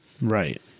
Right